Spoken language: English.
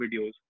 videos